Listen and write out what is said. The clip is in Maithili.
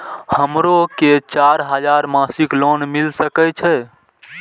हमरो के चार हजार मासिक लोन मिल सके छे?